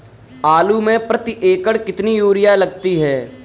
आलू में प्रति एकण कितनी यूरिया लगती है?